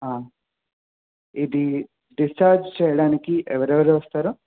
ఇది డిశ్చార్జ్ చేయడానికి ఎవరెవరు వస్తారు